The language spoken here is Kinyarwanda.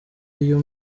iyo